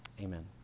Amen